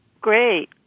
Great